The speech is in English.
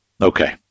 okay